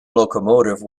locomotive